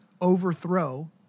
overthrow